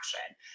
action